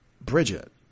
Bridget